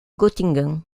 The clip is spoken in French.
göttingen